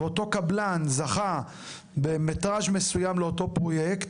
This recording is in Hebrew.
ואותו קבלן זכה במטראז' מסוים לאותו פרויקט,